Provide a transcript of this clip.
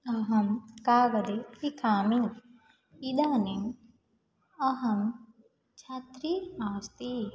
अहं कागदे लिखामि इदानीम् अहं छात्री अस्मि